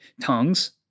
tongues